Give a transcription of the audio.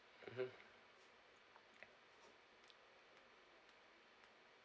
mmhmm